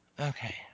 Okay